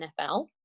NFL